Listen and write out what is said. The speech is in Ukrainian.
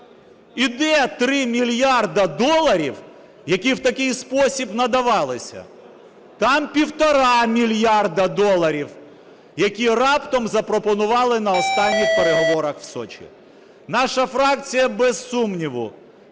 І де 3 мільярди доларів, які в такий спосіб надавалися? Там 1,5 мільярда доларів, які раптом запропонували на останніх переговорах в Сочі. Наша фракція без сумніву